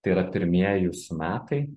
tai yra pirmieji jūsų metai